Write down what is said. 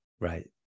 Right